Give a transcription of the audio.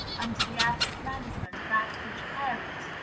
under the average management of average parents,